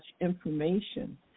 information